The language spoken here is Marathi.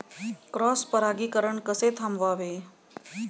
क्रॉस परागीकरण कसे थांबवावे?